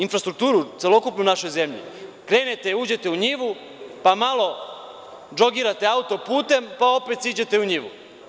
Infrastrukturu, celokupnu u našoj zemlji, krenete, uđete u njivu, pa malo džogirate autoputem, pa opet siđete u njivu.